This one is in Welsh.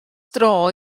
dro